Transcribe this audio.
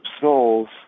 souls